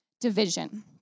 division